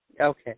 Okay